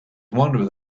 one